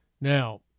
Now